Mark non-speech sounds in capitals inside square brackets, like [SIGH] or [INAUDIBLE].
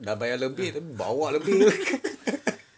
dah bayar lebih bawa lebih weh [LAUGHS]